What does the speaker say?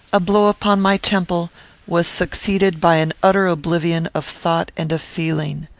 a blow upon my temple was succeeded by an utter oblivion of thought and of feeling.